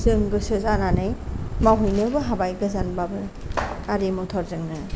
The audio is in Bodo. जों गोसो जानानै मावहैनोबो हाबाय गोजानबाबो गारि मथर जोंनो